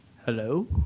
Hello